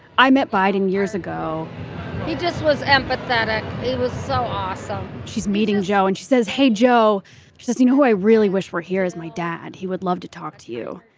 i met biden years ago he just was empathetic. it was so awesome. she's meeting joe and she says, hey, joe says, you know who i really wish were here is my dad. he would love to talk to you.